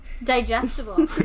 Digestible